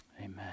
Amen